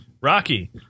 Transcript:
Rocky